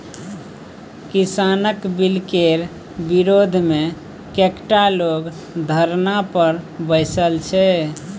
किसानक बिलकेर विरोधमे कैकटा लोग धरना पर बैसल छै